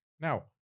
Now